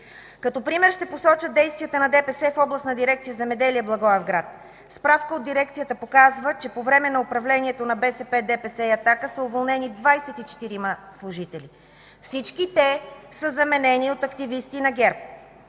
Като пример ще посоча действията на ДПС в Областна дирекция „Земеделие” – Благоевград. Справка от дирекцията показва, че по време на управлението на БСП, ДПС и „Атака” са уволнени 24-ма служители, всички те са заменени от активисти на ДПС.